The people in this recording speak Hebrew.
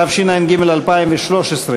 התשע"ד 2013,